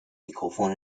mikrofon